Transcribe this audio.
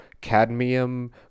cadmium